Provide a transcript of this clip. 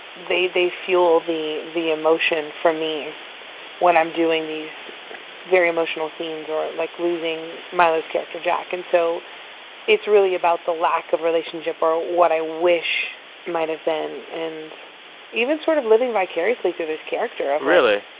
they they fuel the the emotion for me when i'm doing these very emotional scenes or i'm like losing milo's character, jack. and so it's really about the lack of relationship or what i wish might have been and even sort of living vicariously through this character really?